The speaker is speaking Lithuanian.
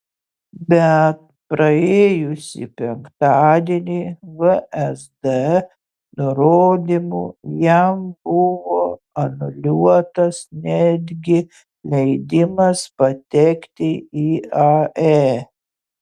bet praėjusį penktadienį vsd nurodymu jam buvo anuliuotas netgi leidimas patekti į ae